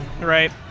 right